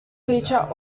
feature